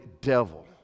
devil